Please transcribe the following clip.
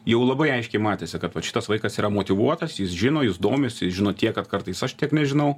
jau labai aiškiai matėsi kad vat šitas vaikas yra motyvuotas jis žino jis domisi jis žino tiek kad kartais aš tiek nežinau